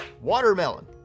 Watermelon